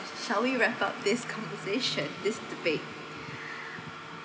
shall we wrap up this conversation this debate